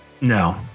No